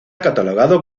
catalogado